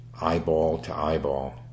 eyeball-to-eyeball